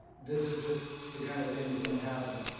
this is just the kind of thing that's gonna happen.